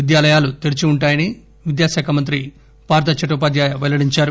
విద్యాలయాలు తెరిచి ఉంటాయని విద్యాశాఖ మంత్రి పార్థ ఛటోపాధ్యాయ పెల్లడించారు